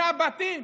מהבתים.